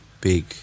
big